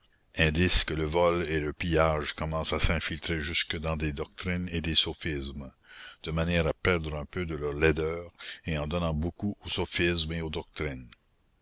indice que le vol et le pillage commencent à s'infiltrer jusque dans des doctrines et des sophismes de manière à perdre un peu de leur laideur en en donnant beaucoup aux sophismes et aux doctrines